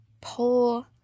pull